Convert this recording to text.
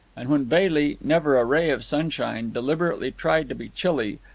and when bailey, never a ray of sunshine, deliberately tried to be chilly,